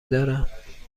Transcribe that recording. دارم